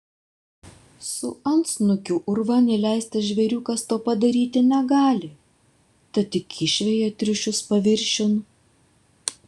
su antsnukiu urvan įleistas žvėriukas to padaryti negali tad tik išveja triušius paviršiun